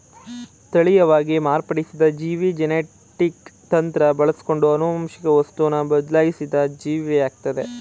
ತಳೀಯವಾಗಿ ಮಾರ್ಪಡಿಸಿದ ಜೀವಿ ಜೆನೆಟಿಕ್ ತಂತ್ರ ಬಳಸ್ಕೊಂಡು ಆನುವಂಶಿಕ ವಸ್ತುನ ಬದ್ಲಾಯ್ಸಿದ ಜೀವಿಯಾಗಯ್ತೆ